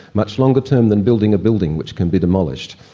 much longer term than building a building which can be demolished.